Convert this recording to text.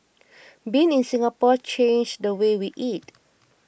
being in Singapore changed the way we eat